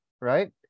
right